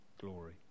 glory